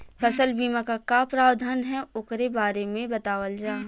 फसल बीमा क का प्रावधान हैं वोकरे बारे में बतावल जा?